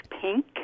pink